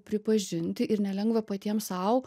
pripažinti ir nelengva patiems sau